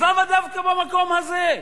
אז למה דווקא במקום הזה?